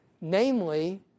Namely